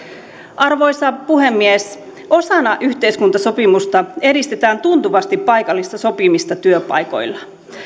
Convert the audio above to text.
arvoisa puhemies osana yhteiskuntasopimusta edistetään tuntuvasti paikallista sopimista työpaikoilla